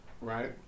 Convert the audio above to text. right